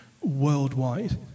worldwide